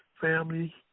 family